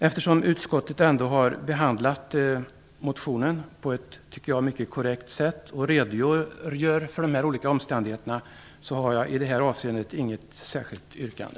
Eftersom utskottet har behandlat motionen på ett, tycker jag, mycket korrekt sätt och redogör för de olika omständigheterna, har jag i detta avseende inget särskilt yrkande.